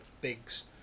Biggs